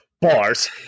Bars